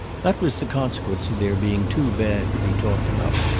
that was the consequence of their being too bad to be talked about,